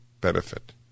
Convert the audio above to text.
benefit